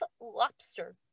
lobster